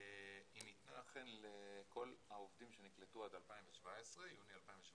היא ניתנה אכן לכל העובדים שנקלטו עד יוני 2017,